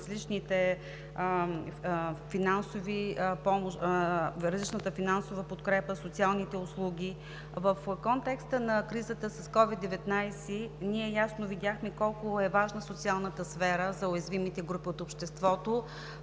различната финансова подкрепа, социалните услуги. В контекста на кризата с СOVID-19 ние ясно видяхме колко е важна социалната сфера за уязвимите групи от обществото.